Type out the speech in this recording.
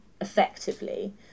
effectively